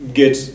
get